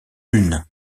une